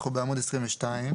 אנחנו בעמוד 22,